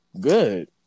good